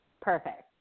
perfect